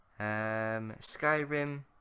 Skyrim